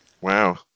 Wow